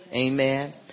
Amen